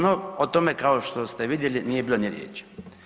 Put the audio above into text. No o tome kao što ste vidjeli nije bilo ni riječi.